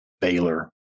Baylor